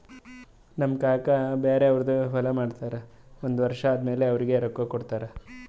ನಮ್ ಕಾಕಾ ಬ್ಯಾರೆ ಅವ್ರದ್ ಹೊಲಾ ಮಾಡ್ತಾರ್ ಒಂದ್ ವರ್ಷ ಆದಮ್ಯಾಲ ಅವ್ರಿಗ ರೊಕ್ಕಾ ಕೊಡ್ತಾರ್